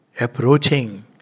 approaching